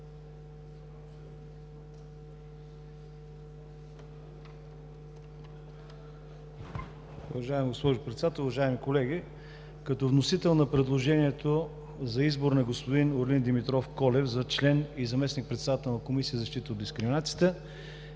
Уважаема госпожо Председател, уважаеми колеги! Като вносител на предложението за избор на господин Орлин Димитров Колев за член и заместник-председател на Комисията за защита от дискриминацията,